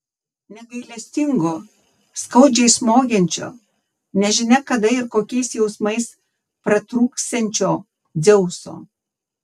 negailestingo skaudžiai smogiančio nežinia kada ir kokiais jausmais pratrūksiančio dzeuso